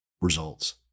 results